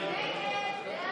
קבוצת סיעת ש"ס,